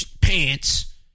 Pants